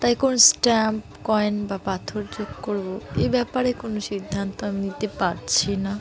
তাই কোনো stamp coin বা পাথর যোগ করবো এ ব্যাপারে কোনো সিদ্ধান্ত আমি নিতে পারছি না